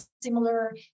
similar